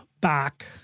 back